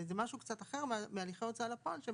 זה משהו קצת אחר מהליכי הוצאה לפועל שהם